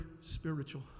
spiritual